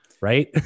right